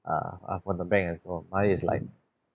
err uh from the bank at all mine is like